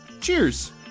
Cheers